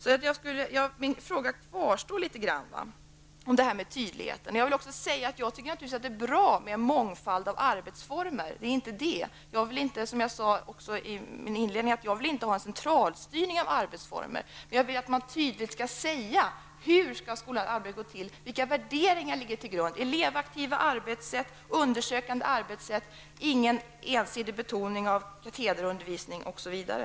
Litet av min fråga om tydligheten kvarstår. Naturligtvis tycker jag att det är bra med en mångfald av arbetsformer. Jag vill inte, som jag sade i mitt inledningsanförande, ha en centralstyrning av arbetsformerna. Men jag vill att man tydligt skall säga hur skolans arbete skall gå till, vilka värderingar som skall ligga till grund; elevaktivt arbetssätt, undersökande arbetssätt, ingen ensidig betoning av katederundervisning osv.